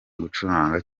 gucuranga